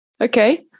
okay